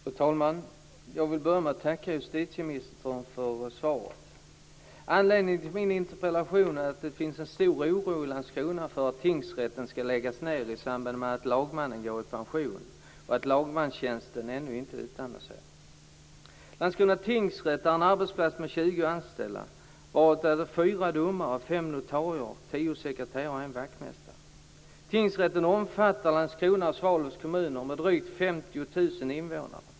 Fru talman! Jag vill börja med att tacka justitieministern för svaret. Anledningen till min interpellation är att det finns en stor oro i Landskrona för att tingsrätten skall läggas ned i samband med att lagmannen går i pension och att lagmanstjänsten ännu inte utannonserats. Landskrona tingsrätt är en arbetsplats med 20 anställda, varav det är fyra domare, fem notarier, tio sekreterare och en vaktmästare.